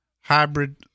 hybrid